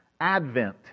Advent